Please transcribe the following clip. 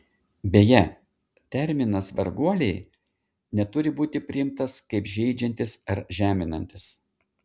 beje terminas varguoliai neturi būti priimtas kaip žeidžiantis ar žeminantis